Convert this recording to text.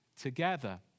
together